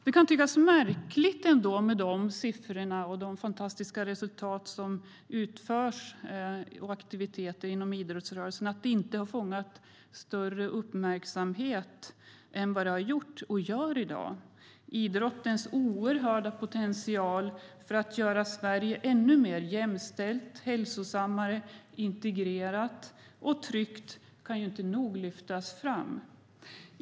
Det kan tyckas märkligt att idrottsrörelsen, trots de siffrorna, fantastiska resultat och aktiviteter som utförs, inte har fångat större uppmärksamhet än den har gjort och gör i dag. Idrottens oerhörda potential för att göra Sverige ännu mera jämställt, hälsosamt, integrerat och tryggt kan inte nog lyftas fram.